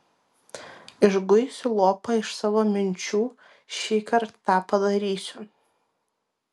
išguisiu lopą iš savo minčių šįkart tą padarysiu